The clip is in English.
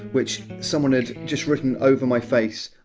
which someone had just written over my face!